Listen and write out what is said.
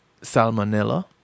Salmonella